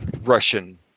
russian